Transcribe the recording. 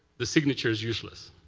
the signature is useless.